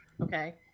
okay